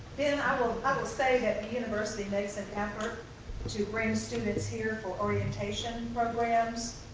ben, i will i will say that the university makes an effort to bring students here for orientation programs,